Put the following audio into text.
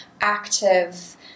active